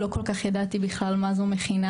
לא כל כך ידעתי בכלל מה זו מכינה,